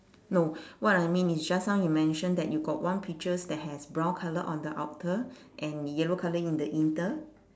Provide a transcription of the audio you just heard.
no what I mean is just now you mention that you got one peaches that has brown colour on the outer and yellow colour in the inter